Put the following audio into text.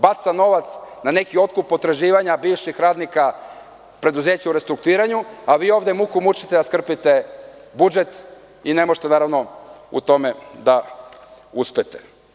Baca novac ne neki otkup potraživanja bivših radnika preduzeća u restrukturiranju, a vi ovde muku mučite da skrpite budžet i ne možete u tome da uspete.